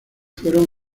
fueron